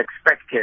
expected